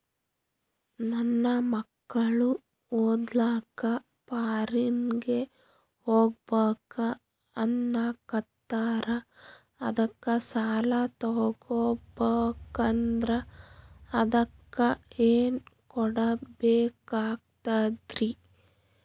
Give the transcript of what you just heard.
ನನ್ನ ಮಕ್ಕಳು ಓದ್ಲಕ್ಕ ಫಾರಿನ್ನಿಗೆ ಹೋಗ್ಬಕ ಅನ್ನಕತ್ತರ, ಅದಕ್ಕ ಸಾಲ ತೊಗೊಬಕಂದ್ರ ಅದಕ್ಕ ಏನ್ ಕೊಡಬೇಕಾಗ್ತದ್ರಿ?